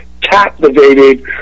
captivated